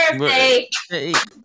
birthday